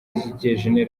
zishyigikiye